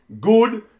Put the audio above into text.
good